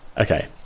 Okay